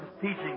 teaching